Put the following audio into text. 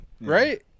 Right